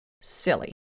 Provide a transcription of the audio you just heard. Silly